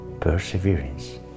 perseverance